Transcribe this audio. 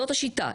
זאת השיטה.